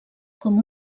com